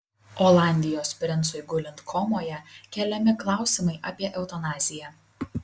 olandijos princui gulint komoje keliami klausimai apie eutanaziją